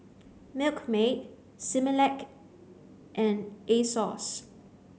milkmaid Similac and Asos